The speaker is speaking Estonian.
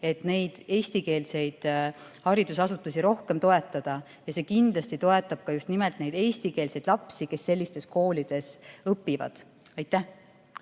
et neid eestikeelseid haridusasutusi rohkem toetada. See kindlasti toetab ka just nimelt neid eestikeelseid lapsi, kes sellistes koolides õpivad. Aitäh!